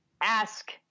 ask